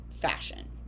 fashion